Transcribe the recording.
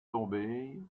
tombée